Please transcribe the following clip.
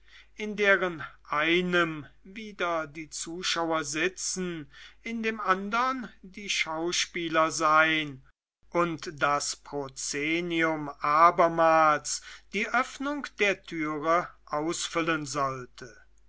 in deren einem wieder die zuschauer sitzen in dem andern die schauspieler sein und das proszenium abermals die öffnung der türe ausfüllen sollte